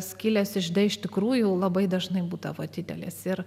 skylės ižde iš tikrųjų labai dažnai būdavo didelės ir